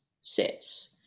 sits